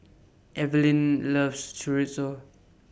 Eveline loves Chorizo